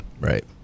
right